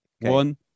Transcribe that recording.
One